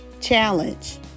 Challenge